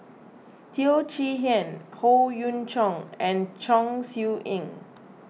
Teo Chee Hean Howe Yoon Chong and Chong Siew Ying